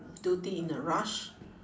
do thing in a rush